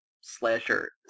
slasher